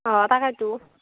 অঁ তাকেতো